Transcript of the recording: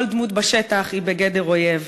כל דמות בשטח היא בגדר אויב.